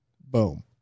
boom